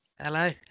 Hello